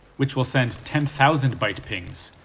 which will send ten thousand byte pings,